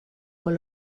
con